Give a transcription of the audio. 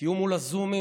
תהיו מול הזומים